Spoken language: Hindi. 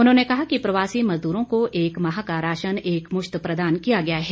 उन्होंने कहा कि प्रवासी मजदूरों को एक माह का राशन एक मुश्त प्रदान किया गया है